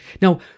Now